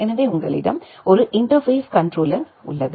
எனவே உங்களிடம் ஒரு இன்டர்பேஸ் கண்ட்ரோலர் உள்ளது